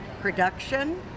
Production